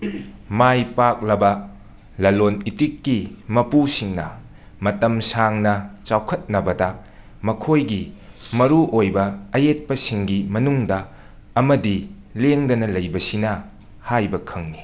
ꯃꯥꯏ ꯄꯥꯛꯂꯕ ꯂꯂꯣꯟ ꯏꯇꯤꯛꯀꯤ ꯃꯄꯨꯁꯤꯡꯅ ꯃꯇꯝ ꯁꯥꯡꯅ ꯆꯥꯎꯈꯠꯅꯕꯗ ꯃꯈꯣꯏꯒꯤ ꯃꯔꯨꯑꯣꯏꯕ ꯑꯌꯦꯠꯄꯁꯤꯡꯒꯤ ꯃꯅꯨꯡꯗ ꯑꯃꯗꯤ ꯂꯦꯡꯗꯅ ꯂꯩꯕꯁꯤꯅ ꯍꯥꯏꯕ ꯈꯪꯏ